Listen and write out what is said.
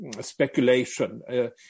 speculation